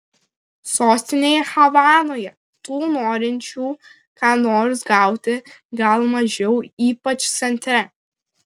sostinėje havanoje tų norinčių ką nors gauti gal mažiau ypač centre